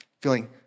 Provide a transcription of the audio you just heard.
Feeling